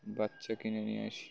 বাচ্চা কিনে নিয়ে আসি